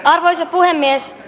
arvoisa puhemies